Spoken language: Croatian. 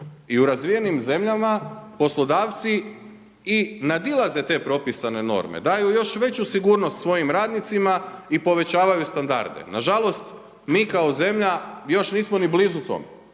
i u razvijenim zemljama poslodavci i nadilaze te propisane norme, daju još veću sigurnost svojim radnicima i povećavaju standarde. Na žalost, mi kao zemlja još nismo ni blizu tome.